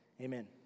Amen